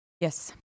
Yes